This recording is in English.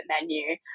menu